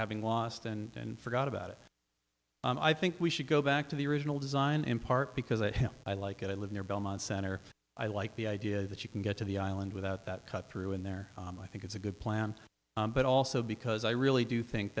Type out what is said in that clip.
having lost and forgot about it i think we should go back to the original design in part because i like it i live near belmont center i like the idea that you can get to the island without that cut through in there i think it's a good plan but also because i really do think